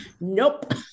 nope